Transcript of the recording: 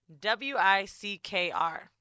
W-I-C-K-R